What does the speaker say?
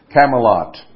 camelot